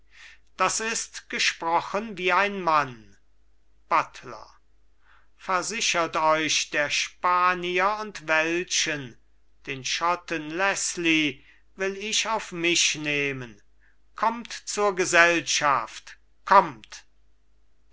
das ist gesprochen wie ein mann buttler versichert euch der spanier und welschen den schotten leßly will ich auf mich nehmen kommt zur gesellschaft kommt